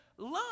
Love